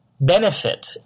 benefit